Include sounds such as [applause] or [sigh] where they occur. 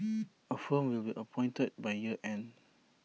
[noise] A firm will be appointed by year end